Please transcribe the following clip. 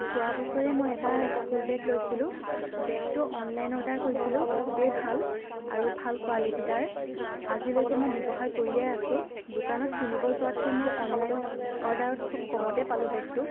যোৱা বছৰে মই এটা স্কুল বেগ লৈছিলোঁ বেগটো অনলাইন অৰ্ডাৰ কৰিছিলোঁ খুবেই ভাল আৰু ভাল কোৱালিটী তাৰ আজিলৈকে মই ব্যৱহাৰ কৰিয়েই আছো দোকানত কিনিব যোৱাতকৈ মই অনলাইনত অৰ্ডাৰত খুব কমতেই পালোঁ বেগটো